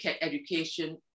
education